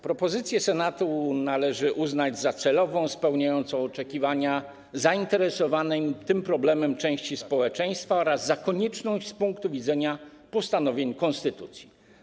Propozycję Senatu należy uznać za celową, spełniającą oczekiwania zainteresowanej tym problemem części społeczeństwa oraz konieczną z punktu widzenia postanowień konstytucji.